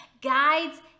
guides